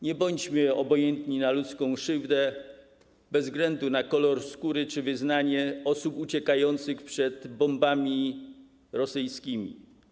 Nie bądźmy obojętni na ludzką krzywdę, bez względu na kolor skóry czy wyznanie osób uciekających przed bombami rosyjskimi.